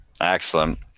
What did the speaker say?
Excellent